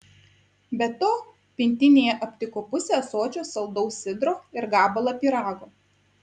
be to pintinėje aptiko pusę ąsočio saldaus sidro ir gabalą pyrago